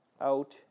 out